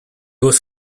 was